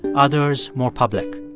others more public.